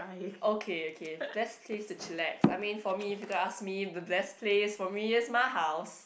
okay okay best place to chillax I mean for me if you gonna ask me the best place for me is my house